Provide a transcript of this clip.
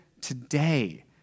today